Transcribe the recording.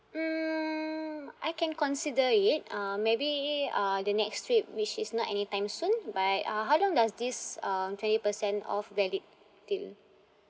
um I can consider it uh maybe uh the next trip which is not anytime soon but uh how long does this um twenty percent off valid till